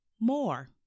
more